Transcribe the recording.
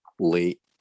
late